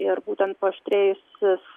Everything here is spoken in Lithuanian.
ir būtent paaštrėjusius